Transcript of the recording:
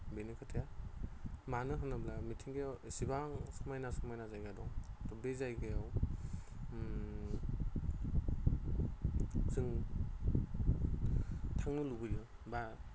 बेनो खोथाया मानो होनोब्ला मिथिंगायाव एसेबां समायना समायना जायगा दं थ' बे जायगायाव जों थांनो लुगैयो बा